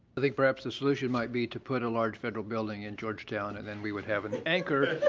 i think perhaps the solution might be to put a large federal building in georgetown and then we would have an anchor